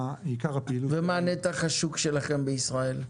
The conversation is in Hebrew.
ומה נתח השוק שלכם בישראל?